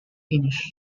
finish